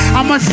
I'ma